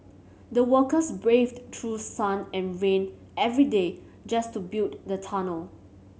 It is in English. the workers braved through sun and rain every day just to build the tunnel